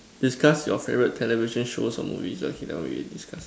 discuss your favorite television show or movies eh discuss